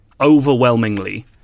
Overwhelmingly